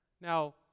Now